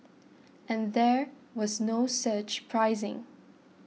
and there was no surge pricing